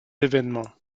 évènements